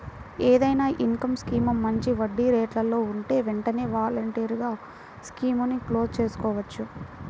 ఏదైనా income scheme మంచి వడ్డీరేట్లలో ఉంటే వెంటనే వాలంటరీగా స్కీముని క్లోజ్ చేసుకోవచ్చు